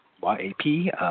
Y-A-P